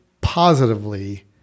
positively